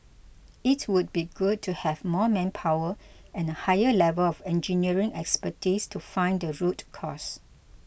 it would be good to have more manpower and a higher level of engineering expertise to find the root cause